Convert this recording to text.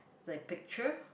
the picture